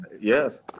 Yes